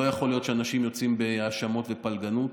לא יכול להיות שאנשים יוצאים בהאשמות ובפלגנות.